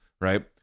right